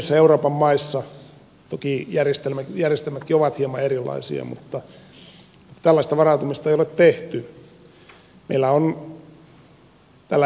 useimmissa euroopan maissa toki järjestelmätkin ovat hieman erilaisia mutta tällaista varautumista ei ole tehty